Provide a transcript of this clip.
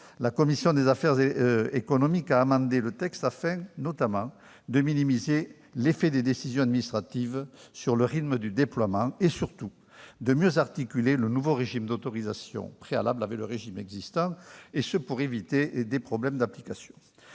la commission des affaires économiques a amendé le texte, afin, notamment, de minimiser l'effet des décisions administratives sur le rythme de déploiement et, surtout, de mieux articuler le nouveau régime d'autorisation préalable avec le régime existant, pour éviter les problèmes d'application.